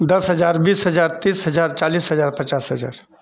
दस हजार बीस हजार तीस हजार चालीस हजार पचास हजार